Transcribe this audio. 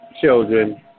children